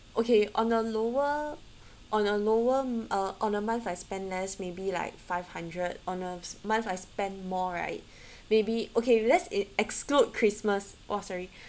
okay on the lower on a lower uh on a month I spend less maybe like five hundred on a month I spent more right maybe okay let's it exclude christmas oh sorry